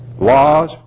laws